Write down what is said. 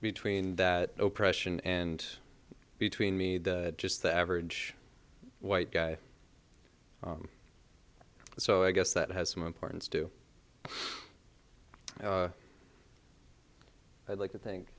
between that no pression and between me the just the average white guy so i guess that has some importance to i'd like to think